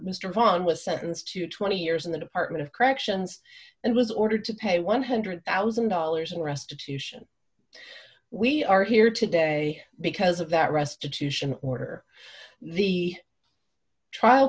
von was sentenced to twenty years in the department of corrections and was ordered to pay one hundred thousand dollars in restitution we are here today because of that restitution order the trial